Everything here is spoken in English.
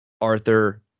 Arthur